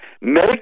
Make